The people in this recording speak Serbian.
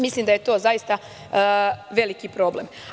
Mislim da je to zaista veliki problem.